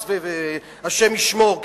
השם ישמור,